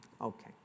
Okay